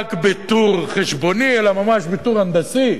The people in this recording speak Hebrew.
רק בטור חשבוני, אלא גם בטור הנדסי,